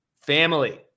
family